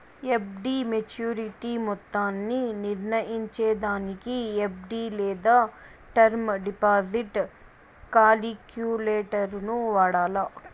FD maturity మొత్తాన్ని నిర్నయించేదానికి FD లేదా టర్మ్ డిపాజిట్ కాలిక్యులేటరును వాడాల